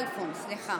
כלפון, סליחה.